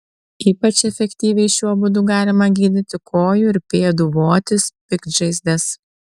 ypač efektyviai šiuo būdu galima gydyti kojų ir pėdų votis piktžaizdes